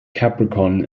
capricorn